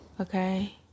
okay